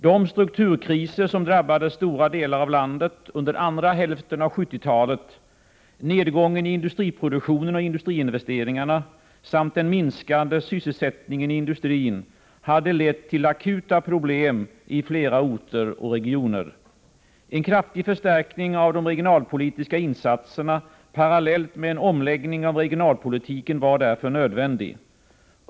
De strukturkriser som drabbade stora delar av landet under andra hälften av 1970-talet, nedgången i industriproduktionen och industriinvesteringarna samt den minskade sysselsättningen i industrin hade lett till akuta problem i flera orter och regioner. En kraftig förstärkning av de regionalpolitiska insatserna parallellt med en omläggning av regionalpolitiken var därför nödvändig.